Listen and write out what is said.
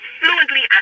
fluently